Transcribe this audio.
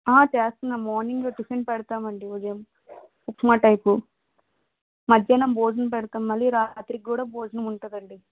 చేస్త్నాం morning tiffin పెడతామండి ఉదయం upma type మధ్యాహ్నం భోజనం పెడతాం మళ్ళీ రాత్రికి కూడ భోజనం ఉంటుంది అండి